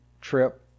trip